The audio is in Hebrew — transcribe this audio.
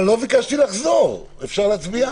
אבל לא ביקשתי לחזור, אפשר להצביע?